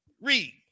Read